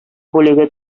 бүлеге